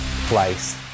place